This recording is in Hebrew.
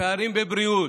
הפערים בבריאות,